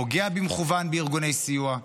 פוגע במכוון בארגוני סיוע.